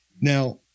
Now